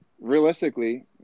realistically